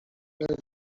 دوست